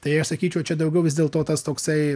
tai aš sakyčiau čia daugiau vis dėl to tas toksai